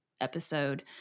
episode